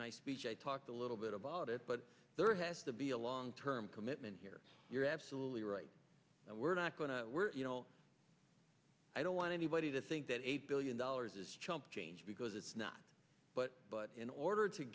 my speech i talked a little bit about it but there has to be a long term commitment here you're absolutely right and we're not going to we're you know i don't want anybody to think that eight billion dollars is chump change because it's not but but in order to